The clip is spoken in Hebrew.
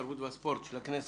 התרבות והספורט של הכנסת.